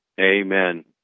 Amen